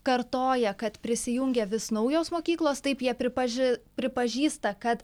kartoja kad prisijungia vis naujos mokyklos taip jie pripaži pripažįsta kad